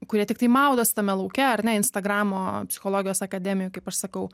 kurie tiktai maudosi tame lauke ar ne instagramo psichologijos akademijoj kaip aš sakau